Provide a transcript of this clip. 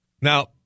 Now